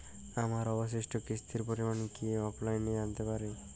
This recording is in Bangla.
আমার অবশিষ্ট কিস্তির পরিমাণ কি অফলাইনে জানতে পারি?